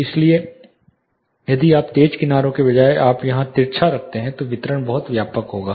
इसलिए यदि आप तेज किनारों के बजाय आपके पास यहां पर तिरछा रखते हैं तो वितरण बहुत व्यापक होगा